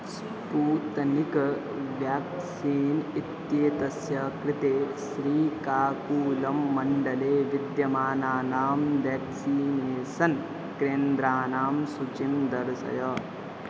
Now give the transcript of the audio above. Sputnik vaccine इत्येतस्य कृते श्रीकाकुलं मण्डले विद्यमानानां वेक्सीनेसन् केन्द्राणां सूचीं दर्शय